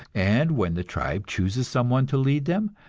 and when the tribe chooses someone to lead them,